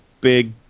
big